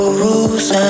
rules